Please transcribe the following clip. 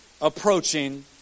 approaching